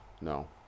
no